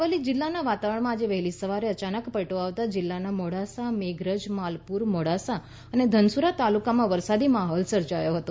અરવલ્લી જિલ્લાના વાતાવરણમાં આજે વહેલી સવારે અચાનક પલટો આવતા જિલ્લાના મોડાસા મેઘરજ માલપુર મોડાસા અને ધનસુરા તાલુકામાં વરસાદી માહોલ સર્જાયો હતો